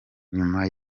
nyuma